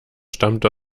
stammte